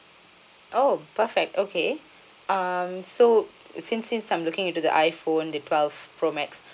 oh perfect okay um so since since I'm looking into the iPhone the twelve pro max